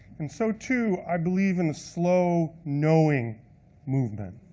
and so too, i believe in the slow knowing movement.